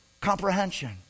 comprehension